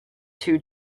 two